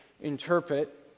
interpret